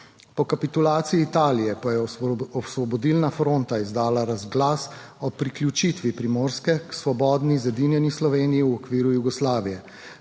Po kapitulaciji Italije pa je Osvobodilna fronta izdala razglas o priključitvi Primorske k svobodni, zedinjeni Sloveniji v okviru Jugoslavije.